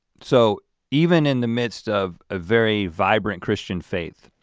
so even in the midst of a very vibrant christian faith,